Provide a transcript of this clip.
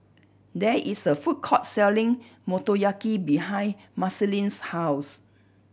there is a food court selling Motoyaki behind Marceline's house